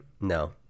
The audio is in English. No